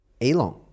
Elon